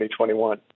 2021